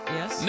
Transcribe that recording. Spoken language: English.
Yes